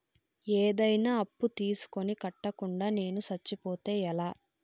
ఏదైనా అప్పు తీసుకొని కట్టకుండా నేను సచ్చిపోతే ఎలా